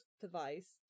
device